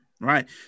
Right